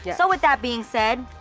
yeah so, with that being said,